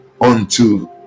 unto